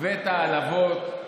את ההעלבות,